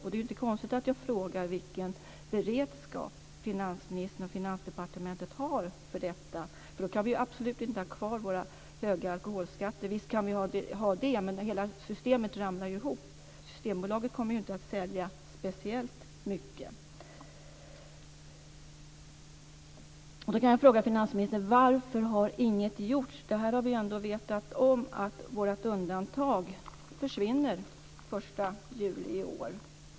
Det är därför inte konstigt att jag frågar vilken beredskap som finansministern och Finansdepartementet har för detta. Då kan vi ju absolut inte ha kvar våra höga alkoholskatter. Visst kan vi ha det, men hela systemet ramlar ju ihop. Systembolaget kommer ju inte att sälja speciellt mycket. Jag vill fråga finansministern: Varför har ingenting gjorts? Vi har ju ändå vetat om att vårt undantag försvinner den 1 juli i år.